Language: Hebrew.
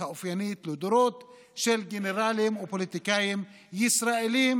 האופיינית לדורות של גנרלים ופוליטיקאים ישראלים,